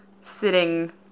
sitting